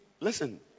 Listen